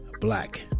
Black